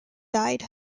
died